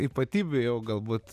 ypatybių jau galbūt